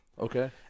Okay